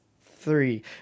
three